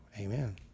amen